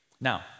Now